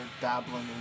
dabbling